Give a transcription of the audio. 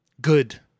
Good